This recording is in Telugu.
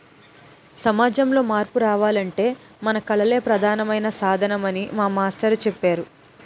సమాజంలో మార్పు రావాలంటే మన కళలే ప్రధానమైన సాధనమని మా మాస్టారు చెప్పేరు